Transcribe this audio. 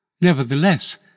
Nevertheless